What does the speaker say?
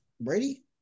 Brady